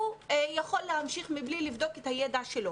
הוא יכול להמשיך מבלי לבדוק את הידע שלו.